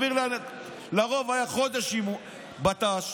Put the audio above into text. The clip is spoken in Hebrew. לרוב היה חודש בט"ש,